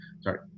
sorry